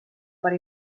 per